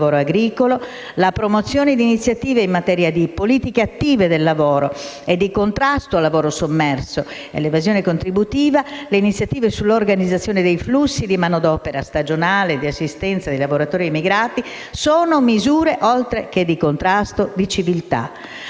la promozione di iniziative in materia di politiche attive del lavoro e di contrasto al lavoro sommerso e all'evasione contributiva, le iniziative sull'organizzazione dei flussi di manodopera stagionale, di assistenza dei lavoratori immigrati sono misure, oltre che di contrasto, di civiltà.